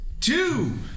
Two